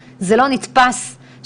בוודאי,